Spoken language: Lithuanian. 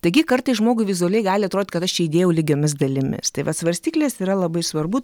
taigi kartais žmogui vizualiai gali atrodyt kad aš čia įdėjau lygiomis dalimis tai vat svarstyklės yra labai svarbu